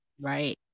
right